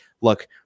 look